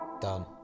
done